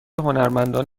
هنرمندان